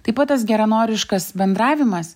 taip pat tas geranoriškas bendravimas